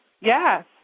Yes